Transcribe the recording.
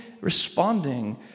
responding